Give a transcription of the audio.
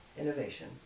innovation